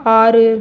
ஆறு